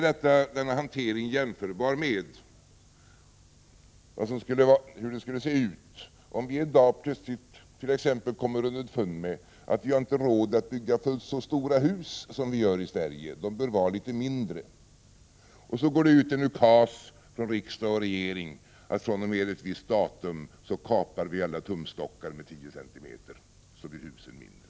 Denna hantering är jämförbar med hur det skulle se ut om vi en dag plötsligt kom underfund med att vi i Sverige inte har råd att bygga fullt så stora hus, utan att de bör vara litet mindre. Det går då ut en ukas från riksdag och regering att fr.o.m. ett visst datum skall alla tumstockar kapas med 10 cm, och så blir husen mindre.